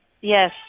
Yes